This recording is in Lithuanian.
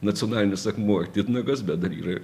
nacionalinis akmuo titnagas bet dar yra